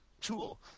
tool